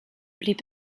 blieb